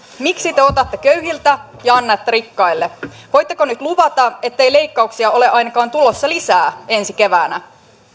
miksi te otatte köyhiltä ja annatte rikkaille voitteko nyt luvata ettei leikkauksia ole ainakaan tulossa lisää ensi keväänä